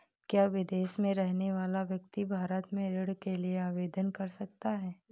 क्या विदेश में रहने वाला व्यक्ति भारत में ऋण के लिए आवेदन कर सकता है?